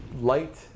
light